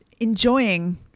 enjoying